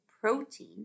protein